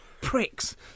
pricks